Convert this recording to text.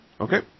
Okay